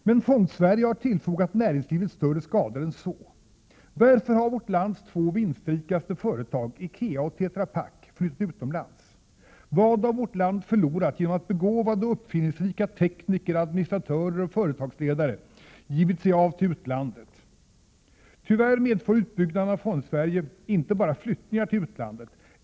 Men Fondsverige har tillfogat näringslivet större skador än så! Varför har vårt lands två vinstrikaste företag, Ikea och Tetra-Pak, flyttat utomlands? Vad har vårt land förlorat genom att begåvade och uppfinningsrika tekniker, administratörer och företagsledare givit sig av till utlandet? Tyvärr medför utbyggnaden av Fondsverige inte bara flyttningar till utlandet.